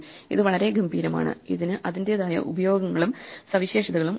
ഇത് വളരെ ഗംഭീരമാണ് ഇതിന് അതിന്റേതായ ഉപയോഗങ്ങളും സവിശേഷതകളും ഉണ്ട്